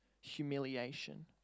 humiliation